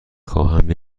خواهم